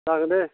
जागोन दे